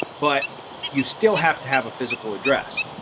but you still have to have a physical address.